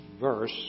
verse